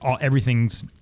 everything's